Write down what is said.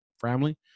family